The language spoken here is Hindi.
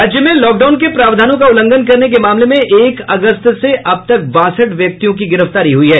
राज्य में लॉकडाउन के प्रावधानों का उल्लंघन करने के मामले में एक अगस्त से अब तक बासठ व्यक्तियों की गिरफ्तारी हुई है